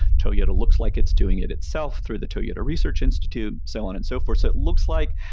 toyota looks like it's doing it itself through the toyota research institute, so on and so forth it looks like,